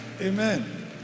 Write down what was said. Amen